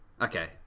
Okay